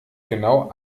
genau